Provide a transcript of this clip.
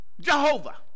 Jehovah